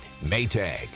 Maytag